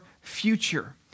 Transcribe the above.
future